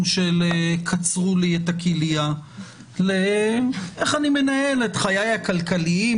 של קצרו לי את הכליה לאיך אני מנהל את חיי הכלכליים,